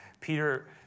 Peter